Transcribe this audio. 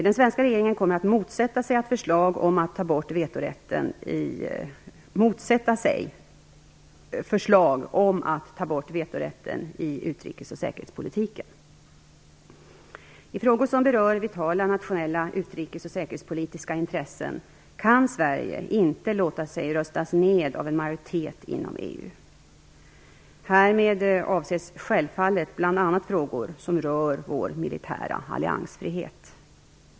Den svenska regeringen kommer att motsätta sig förslag om att ta bort vetorätten i utrikes och säkerhetspolitiken. I frågor som berör vitala nationella utrikes och säkerhetspolitiska intressen kan Sverige inte låta sig röstas ned av en majoritet inom EU. Härmed avses självfallet bl.a. frågor som rör vår militära alliansfrihet.